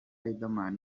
riderman